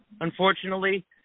unfortunately